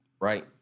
Right